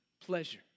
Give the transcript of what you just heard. pleasure